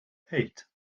eight